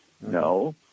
No